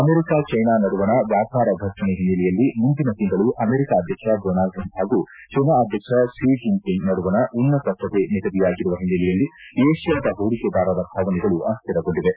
America China ನಡುವಣ ವ್ಲಾಪಾರ ಫರ್ಷಣೆ ಹಿನ್ನೆಲೆಯಲ್ಲಿ ಮುಂದಿನ ತಿಂಗಳು ಅಮೆರಿಕ ಅಧ್ಯಕ್ಷ ಡೋನಾಲ್ಡ್ ಟ್ರಂಪ್ ಹಾಗೂ ಚೈನಾ ಅಧ್ಯಕ್ಷ ಕ್ಲಿ ಜಿಂಗ್ಒಂಗ್ ನಡುವಣ ಉನ್ನತ ಸಭೆ ನಿಗದಿಯಾಗಿರುವ ಹಿನ್ನೆಲೆಯಲ್ಲಿ ಏಷ್ಟಾದ ಹೂಡಿಕೆದಾರರ ಭಾವನೆಗಳು ಅಸ್ತಿರಗೊಂಡಿವೆ